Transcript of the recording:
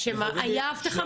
באותו